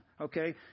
Okay